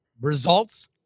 results